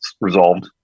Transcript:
resolved